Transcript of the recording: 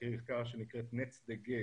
חקיקה שנקראת נאט ב.ג.